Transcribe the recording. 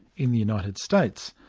in the united states,